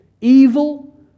evil